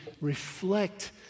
reflect